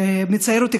ומצערת אותי,